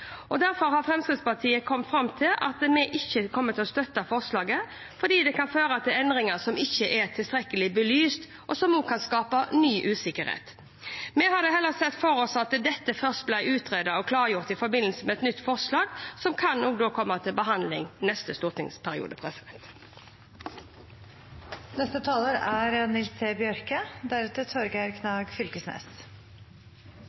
Derfor har Fremskrittspartiet kommet fram til at vi ikke kommer til å støtte forslaget, fordi det kan føre til endringer som ikke er tilstrekkelig belyst, og som også kan skape ny usikkerhet. Vi hadde heller sett for oss at dette først ble utredet og klargjort i forbindelse med et nytt forslag, som da kan komme til behandling neste stortingsperiode.